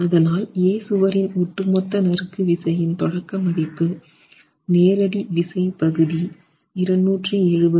அதனால் A சுவரின் ஒட்டு மொத்த நறுக்கு விசையின் தொடக்க மதிப்பு நேரடி விசை பகுதி 270 49